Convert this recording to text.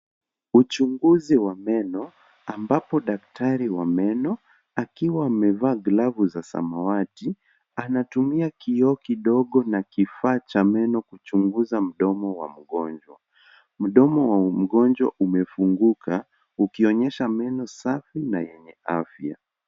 Uchunguzi wa meno ambapo daktari wa meno akiwa amevaa glavu za samawati anatumia kioo kidogo na kifaa cha meno kuchunguza mdomo wa mgonjwa. Mdomo wa mgonjwa umefunguka ukionyesha meno safi na yenye afya.